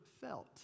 felt